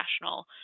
national